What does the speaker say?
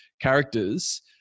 characters